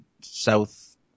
south